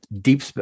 deep